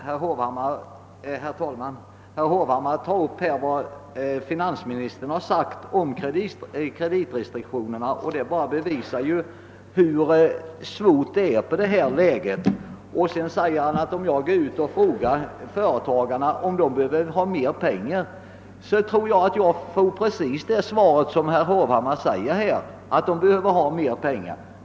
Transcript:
Herr talman! Herr Hovhammar tog upp det uttalande som finansministern gjort beträffande kreditrestriktionerna, vilket ju bevisar hur svårt läget är i detta avseende. Vidare undrade han vilket svar jag skulle få, om jag skulle gå ut och fråga företagarna om de vill ha mera pengar. Också jag tror att jag skulle få precis det svar som herr Hovhammar uppgivit, nämligen att de behöver mera pengar.